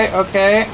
okay